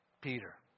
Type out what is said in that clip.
Peter